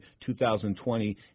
2020